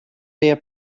beer